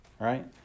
Right